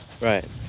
Right